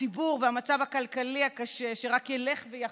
הציבור והמצב הכלכלי הקשה, שרק ילך ויחמיר,